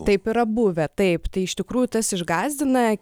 taip yra buvę taip tai iš tikrųjų tas išgąsdina